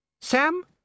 Sam